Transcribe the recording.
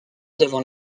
devant